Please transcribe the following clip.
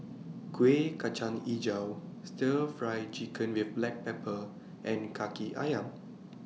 Kuih Kacang Hijau Stir Fry Chicken with Black Pepper and Kaki Ayam